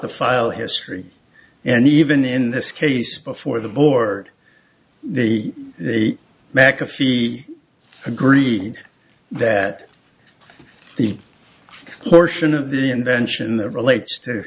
the file history and even in this case before the board the mcafee agreed that the portion of the invention that relates to